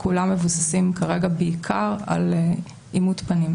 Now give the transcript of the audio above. כולם מבוססים כרגע בעיקר על אימות פנים.